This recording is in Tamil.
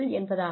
என்பதாகும்